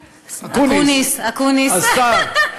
אקוניס, השר,